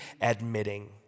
admitting